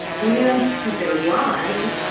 and to their lives,